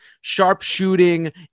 Sharpshooting